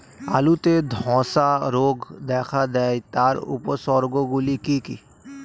আলুতে ধ্বসা রোগ দেখা দেয় তার উপসর্গগুলি কি কি?